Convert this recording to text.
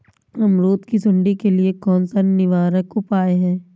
अमरूद की सुंडी के लिए कौन सा निवारक उपाय है?